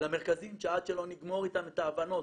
למרכזים שעד שלא נגמור איתם את ההבנות